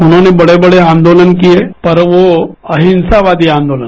उन्होंने बड़े बड़े आंदोलन किए पर वो अहिंसावादी आंदोलन